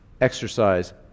exercise